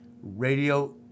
Radio